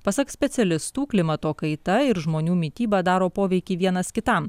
pasak specialistų klimato kaita ir žmonių mityba daro poveikį vienas kitam